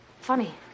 Funny